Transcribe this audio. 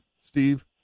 Steve